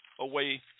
away